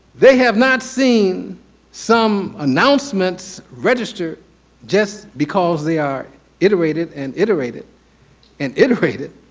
they have not seen some announcements registered just because they are iterated and iterated and iterated.